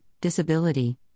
disability